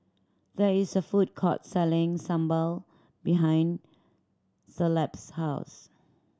there is a food court selling sambal behind Caleb's house